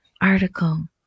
article